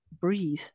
breathe